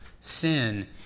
sin